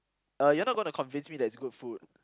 uh you are not going to convince me that it's good food